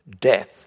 death